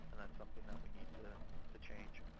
and that's something that we need to to change.